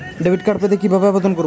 Debit card পেতে কি ভাবে আবেদন করব?